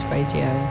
Radio